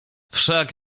wszak